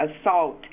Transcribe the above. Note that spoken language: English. assault